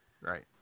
Right